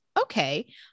okay